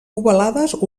ovalades